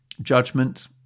judgment